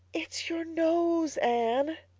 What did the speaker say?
it's. your nose, anne.